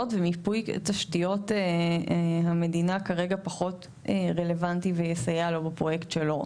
ומיפוי תשתיות המדינה כרגע פחות רלוונטי ויסייע לו בפרויקט שלו.